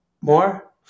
More